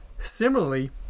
Similarly